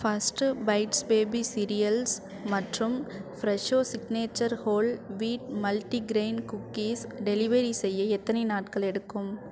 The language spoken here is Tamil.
ஃபஸ்ட்டு பைட்ஸ் பேபி சிரியல்ஸ் மற்றும் Fresho signature whole wheat multigrain cookies delivery செய்ய எத்தனை நாட்கள் எடுக்கும்